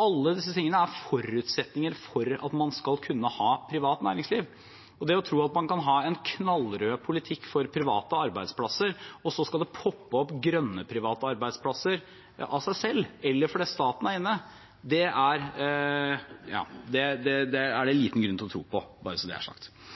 Alle disse tingene er forutsetninger for at man skal kunne ha privat næringsliv, og det å tro at man kan ha en knallrød politikk for private arbeidsplasser, og at det så skal poppe opp grønne, private arbeidsplasser av seg selv eller fordi staten er inne, er det liten grunn til – bare så det er sagt.